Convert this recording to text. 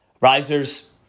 risers